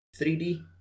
3D